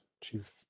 Chief